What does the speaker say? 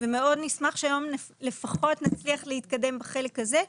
ומאוד נשמח שהיום לפחות נצליח להתקדם בחלק הזה.